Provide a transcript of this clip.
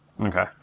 Okay